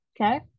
okay